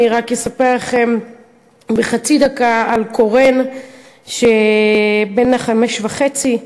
רק אספר לכם בחצי דקה על קורן בן החמש וחצי,